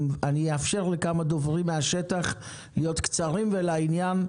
אני אאפשר לכמה דוברים מהשטח להיות קצרים ולעניין,